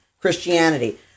Christianity